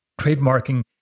Trademarking